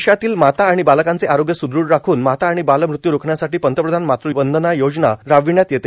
देशातील माता आणि बालकांचे आरोग्य स्दृढ राखून माता आणि बालमृत्यू रोखण्यासाठी पंतप्रधान मात़ वंदना योजना राबविण्यात येते